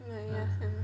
ya sia